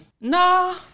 Nah